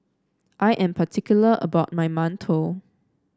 I am particular about my Mantou